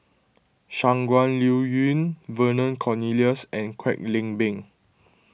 Shangguan Liuyun Vernon Cornelius and Kwek Leng Beng